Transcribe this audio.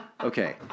Okay